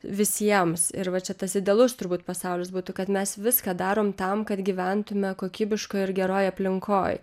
visiems ir va čia tas idealus turbūt pasaulis būtų kad mes viską darom tam kad gyventume kokybiškoj ir geroj aplinkoj